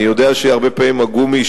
אני יודע שהרבה פעמים הגומי,